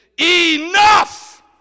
enough